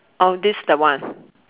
orh this the one